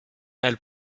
elle